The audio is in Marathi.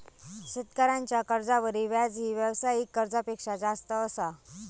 शेतकऱ्यांच्या कर्जावरील व्याजही व्यावसायिक कर्जापेक्षा जास्त असा